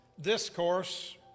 discourse